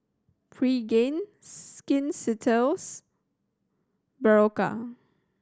Pregain Skin Ceuticals Berocca